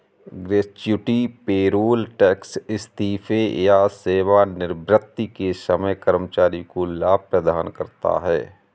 gratuity payroll tax इस्तीफे या सेवानिवृत्ति के समय कर्मचारी को लाभ प्रदान करता है